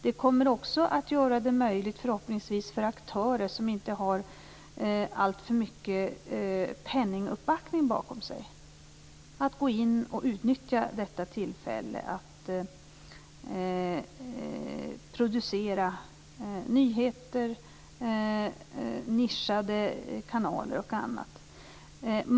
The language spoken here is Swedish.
Det kommer också, förhoppningsvis, att bli möjligt för aktörer som inte har alltför mycket penninguppbackning bakom sig att gå in och utnyttja detta tillfälle att producera nyheter, "nischade" kanaler och annat.